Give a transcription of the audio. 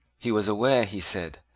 he was aware, he said,